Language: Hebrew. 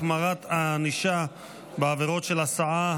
החמרת הענישה בעבירות של הסעה,